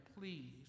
please